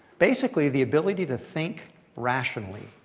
basically, the ability to think rationally.